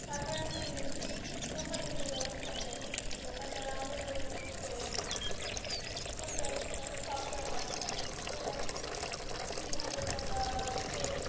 তারপর আমি দোকানে নিয়ে গেলাম ফোনটাকে তো দোকানদারে আমাকে বললো যে ফোনটা একটা সফটওয়্যার মারতে হবে তো দু তিন হাজার টাকা নেবে